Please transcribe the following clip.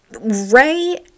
Ray